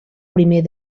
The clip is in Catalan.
primer